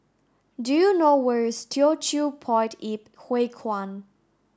do you know where is Teochew Poit Ip Huay Kuan